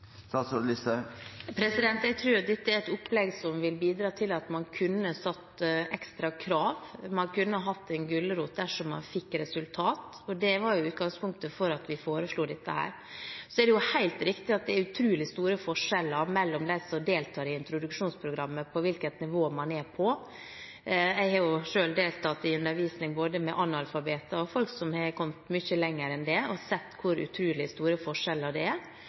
Jeg tror at dette er et opplegg som ville ha bidratt til at man kunne satt ekstra krav, man kunne hatt en gulrot dersom man fikk resultat. Det var utgangspunktet for at vi foreslo dette. Det er helt riktig at det er utrolig store forskjeller mellom dem som deltar i introduksjonsprogrammet, når det gjelder hvilket nivå man er på. Jeg har selv deltatt i undervisning av både analfabeter og folk som har kommet mye lenger enn det, og sett hvor utrolig store forskjeller det er.